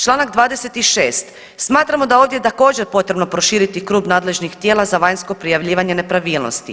Članak 26. smatramo da je ovdje također potrebno proširiti krug nadležnih tijela za vanjsko prijavljivanje nepravilnosti.